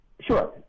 Sure